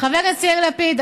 חבר הכנסת יאיר לפיד,